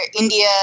India